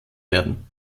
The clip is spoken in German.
werden